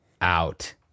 out